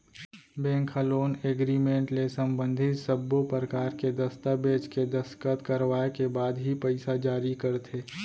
bank ह loan agreement ले संबंधित सब्बो परकार के दस्ताबेज के दस्कत करवाए के बाद ही पइसा जारी करथे